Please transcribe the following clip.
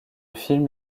film